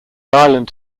island